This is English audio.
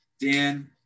Dan